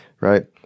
right